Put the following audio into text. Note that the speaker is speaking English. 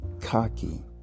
cocky